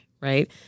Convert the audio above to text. right